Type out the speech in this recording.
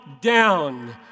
down